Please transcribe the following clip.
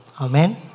Amen